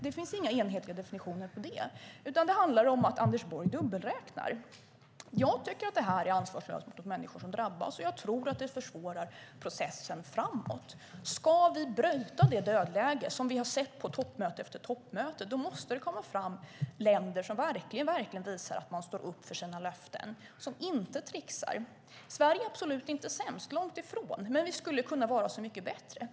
Det finns inga enhetliga definitioner på det, utan det handlar om att Anders Borg dubbelräknar. Jag tycker att detta är ansvarslöst mot de människor som drabbas, och jag tror att det försvårar processen framåt. Ska vi bryta det dödläge som vi har sett på toppmöte efter toppmöte måste det komma fram länder som verkligen visar att de står upp för sina löften och som inte tricksar. Sverige är absolut inte sämst - långt ifrån. Men vi skulle kunna vara så mycket bättre.